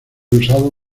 usado